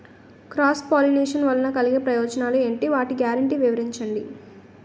Cross pollination వలన కలిగే ప్రయోజనాలు ఎంటి? వాటి గ్యారంటీ వివరించండి?